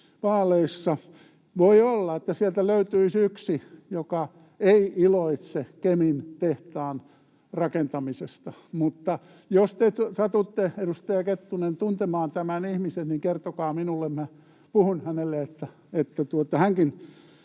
vaaleissa. Voi olla, että sieltä löytyisi yksi, joka ei iloitse Kemin tehtaan rakentamisesta, mutta jos te satutte, edustaja Kettunen, tuntemaan tämän ihmisen, niin kertokaa minulle, ja minä puhun hänelle, että hänkin